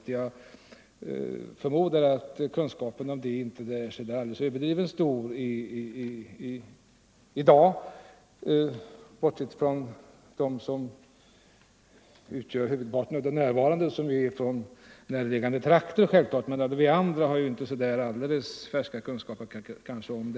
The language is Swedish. Jag förmodar att kunskaperna härom inte är så stora i dag bortsett från de ledamöter som kommer ifrån näraliggande trakter. Men vi andra har inte så färska kunskaper i detta ämne.